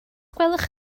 gwelwch